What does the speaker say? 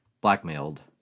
blackmailed